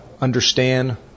understand